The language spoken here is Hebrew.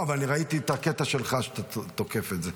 לא, אבל אני ראיתי את הקטע שלך שאתה תוקף את זה.